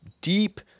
deep